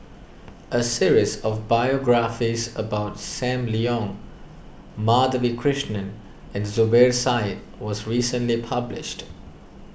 a series of biographies about Sam Leong Madhavi Krishnan and Zubir Said was recently published